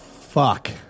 fuck